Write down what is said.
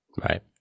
Right